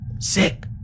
Sick